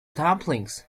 dumplings